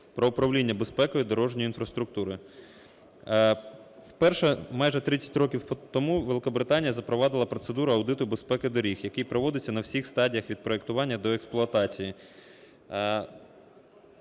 про управління безпекою дорожньої інфраструктури. Вперше, майже 30 років тому Великобританія запровадила процедуру аудиту безпеки доріг, який проводиться на всіх стадіях від проектування до експлуатації.